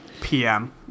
PM